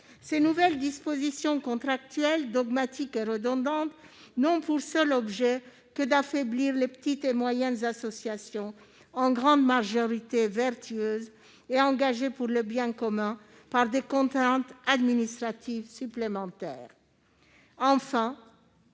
Ces nouvelles dispositions contractuelles dogmatiques et redondantes n'ont pour seul objet que d'affaiblir les petites et moyennes associations, en grande majorité vertueuses et engagées pour le bien commun, par le biais de contraintes administratives supplémentaires. Enfin,